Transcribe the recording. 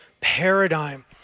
paradigm